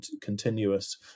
continuous